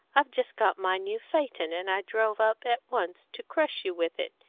i've just got my new phaeton, and i drove up at once to crush you with it.